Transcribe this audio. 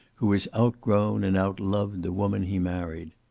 who has outgrown and outloved the woman he married.